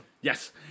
Yes